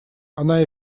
она